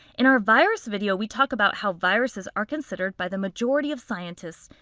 in our virus video, we talk about how viruses are considered, by the majority of scientists,